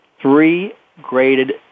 three-graded